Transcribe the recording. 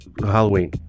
Halloween